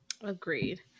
agreed